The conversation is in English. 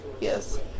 Yes